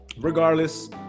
regardless